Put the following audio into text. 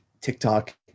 TikTok